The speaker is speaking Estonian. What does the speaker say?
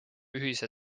ühise